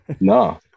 No